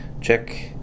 check